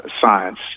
science